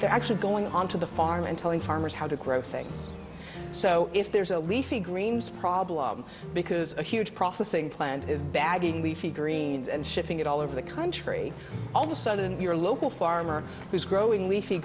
they're actually going onto the farm and telling farmers how to grow things so if there's a leafy greens problem because a huge processing plant is bagging leafy greens and shipping it all over the country all of a sudden your local farmer is growing leafy